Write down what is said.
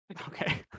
Okay